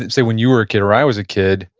say, when you were a kid or i was a kid,